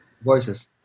voices